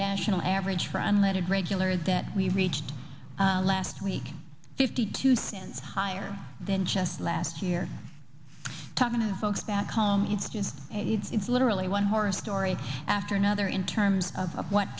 national average for unleaded regular that we reached last week fifty two cents higher than just last year talking to folks back home it's just it's literally one horror story after another in terms of what